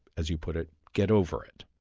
as you put it, get over it.